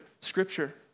Scripture